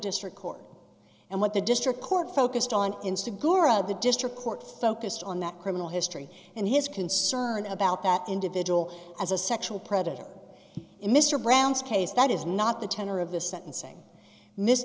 district court and what the district court focused on insta gura the district court focused on that criminal history and his concern about that individual as a sexual predator in mr brown's case that is not the tenor of the sentencing miss